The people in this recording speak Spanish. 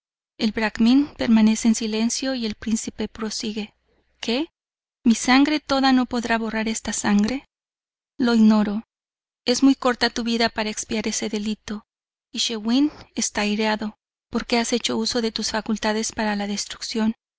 el bracmín permanece en silencio y el príncipe prosigue que mi sangre toda no podrá borrar esta sangre lo ignoro es muy corta tu vida para expiar ese delito y schiwen esta airado porque has hecho uso de tus facultades para la destrucción